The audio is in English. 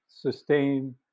sustain